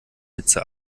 hitze